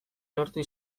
lortua